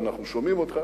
אנחנו שומעים אותך.